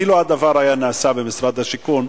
אילו הדבר היה נעשה במשרד השיכון,